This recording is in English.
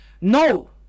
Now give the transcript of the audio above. no